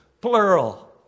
plural